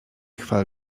chwal